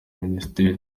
minisiteri